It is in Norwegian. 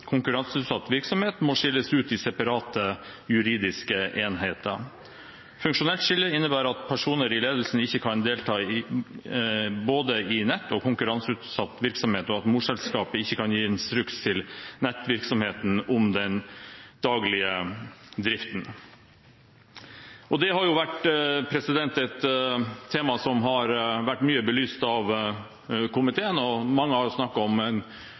konkurranseutsatt virksomhet må skilles ut i separate juridiske enheter. Funksjonelt skille innebærer at personer i ledelsen ikke kan delta i både nettvirksomhet og konkurranseutsatt virksomhet, og at morselskapet ikke kan gi instruks til nettvirksomheten om den daglige driften. Det har vært et tema som har vært mye belyst av komiteen, og mange har snakket om